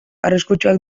arriskutsuak